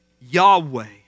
Yahweh